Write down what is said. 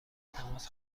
تماس